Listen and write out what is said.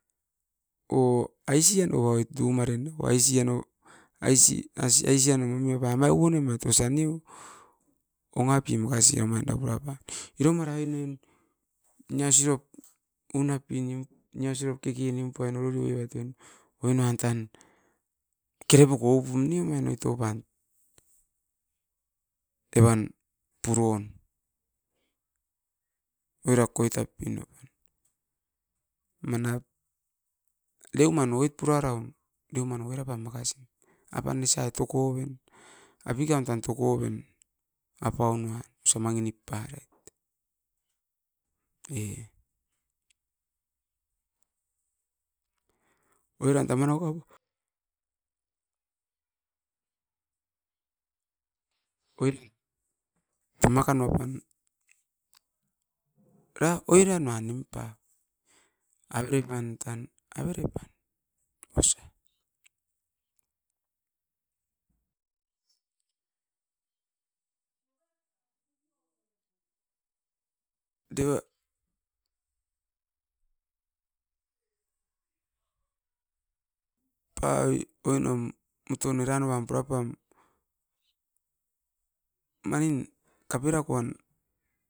O aisi a no oit dumare ne aisi e no aisi as aisi a no nevai ma unemait osa nio, onga pi makasi omait a purapaun iro mara i nion, nia sirop punap piniom, nia sirop kekenium puai namuriu a toin. Oin uan tan, kerepuk oupum ni omain oi toupan, evan puron. Oira koitap pi noven, manap deuman oit pura raun. Deuman oira pam makasin, apan nesa itokoben, apikan tan tokoben apaun nuai iso mangi nip parait, e. Oiran tamenokop oiran, tamakan oupan ra oiran nan nimpa. Avere pan tan, avere pan osa. Pa oi oinom, moton era nuam purapam, manin kapera koan,